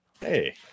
Hey